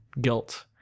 guilt